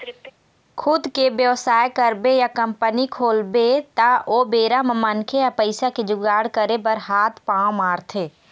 खुद के बेवसाय करबे या कंपनी खोलबे त ओ बेरा म मनखे ह पइसा के जुगाड़ करे बर हात पांव मारथे